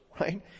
right